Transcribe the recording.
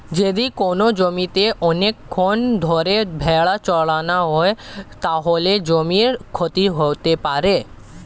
যদি কোনো জমিতে অনেকক্ষণ ধরে ভেড়া চড়ানো হয়, তাহলে জমির ক্ষতি হতে পারে